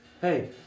Hey